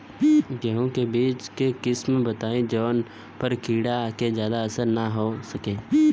गेहूं के बीज के किस्म बताई जवना पर कीड़ा के ज्यादा असर न हो सके?